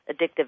addictive